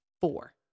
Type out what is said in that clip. Four